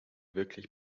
wirklich